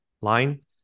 line